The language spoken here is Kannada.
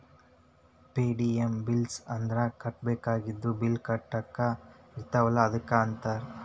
ಪೆ.ಡಿ.ಯು ಬಿಲ್ಸ್ ಅಂದ್ರ ಕಟ್ಟಬೇಕಾಗಿದ್ದ ಬಿಲ್ ಕಟ್ಟದ ಇರ್ತಾವಲ ಅದಕ್ಕ ಅಂತಾರ